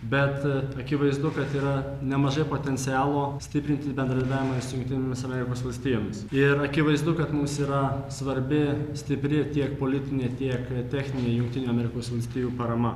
bet akivaizdu kad yra nemažai potencialo stiprinti bendradarbiavimą su jungtinėmis amerikos valstijomis ir akivaizdu kad mums yra svarbi stipri tiek politinė tiek techninė jungtinių amerikos valstijų parama